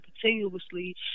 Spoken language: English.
continuously